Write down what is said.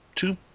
two